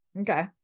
Okay